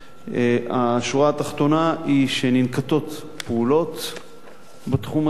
השורה התחתונה היא שננקטות פעולות בתחום הזה.